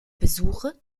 besuche